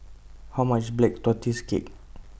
How much IS Black Tortoise Cake